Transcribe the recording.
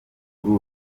kuri